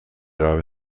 gabe